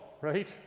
right